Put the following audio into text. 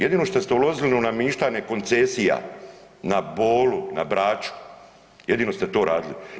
Jedino što ste uložili namištanje koncesija na Bolu, na Braču, jedino ste to radili.